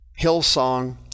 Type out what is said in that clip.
Hillsong